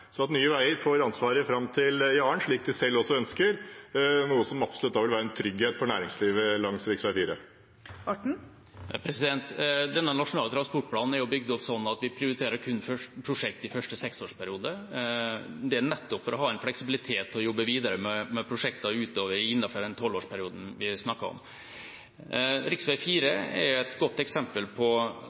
at Nye Veier får ansvaret fram til Jaren, slik de selv også ønsker? Det er noe som absolutt ville være en trygghet for næringslivet langs rv. Denne nasjonale transportplanen er bygget opp sånn at vi kun prioriterer prosjekter i første seksårsperiode. Det er nettopp for å ha en fleksibilitet til å jobbe videre med prosjekter innenfor den tolvårsperioden vi snakker om. Riksveg 4 er et godt eksempel på